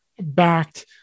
backed